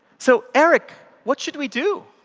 so eric, what should we do?